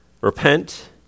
Repent